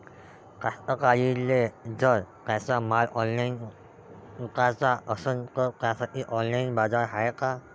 कास्तकाराइले जर त्यांचा माल ऑनलाइन इकाचा असन तर त्यासाठी ऑनलाइन बाजार हाय का?